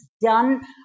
done